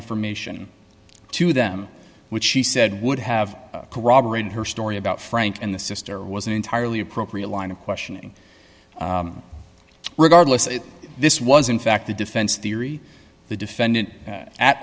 information to them which she said would have corroborated her story about frank and the sister was an entirely appropriate line of questioning regardless this was in fact the defense theory the defendant at